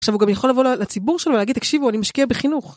עכשיו הוא גם יכול לבוא לציבור שלו ולהגיד, תקשיבו, אני משקיע בחינוך.